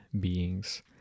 beings